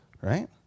right